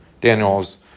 Daniel's